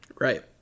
Right